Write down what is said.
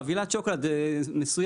חבילת שוקולד מסוים,